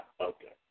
Okay